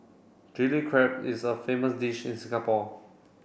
Chilli Crab is a famous dish in Singapore